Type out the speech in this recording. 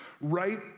right